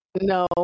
No